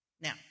Now